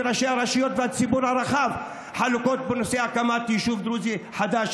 ראשי הרשויות והציבור הרחב הדעות חלוקות בנושא הקמת יישוב דרוזי חדש,